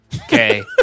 Okay